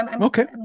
Okay